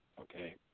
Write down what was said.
Okay